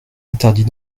interdit